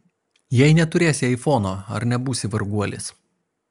jei neturėsi aifono ar nebūsi varguolis